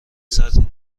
سطری